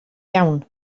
iawn